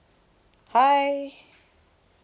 hi